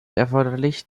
erforderlich